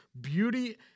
beauty